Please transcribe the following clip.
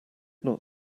not